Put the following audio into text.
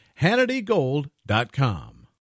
HannityGold.com